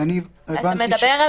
אני מדבר על